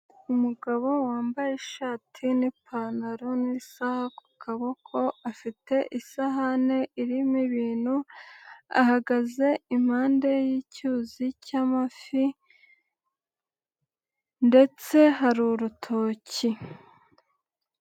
Umugabo wambaye ishati n'ipantaro n'isaha ku kaboko, afite isahani irimo ibintu, ahagaze i mpande y'icyuzi cy'amafi ndetse hari urutoki.